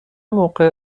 موقع